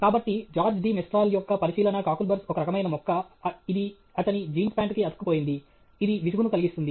కాబట్టి George de Mestral యొక్క పరిశీలన కాక్లెబర్స్ ఒక రకమైన మొక్క ఇది అతని జీన్స్ ప్యాంటు కి అతుక్కుపోయింది ఇది విసుగును కలిగిస్తుంది